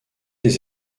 des